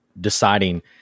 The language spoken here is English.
deciding